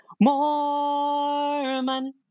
Mormon